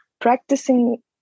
practicing